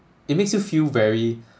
it makes you feel very